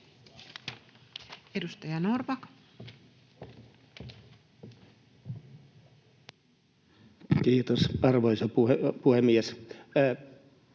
Edustaja Harkimo. Arvoisa puhemies,